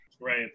Right